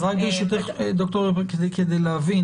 אז רק ברשותך, ד"ר אלרעי, כדי להבין.